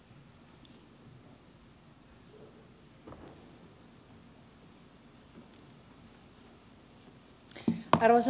arvoisa puhemies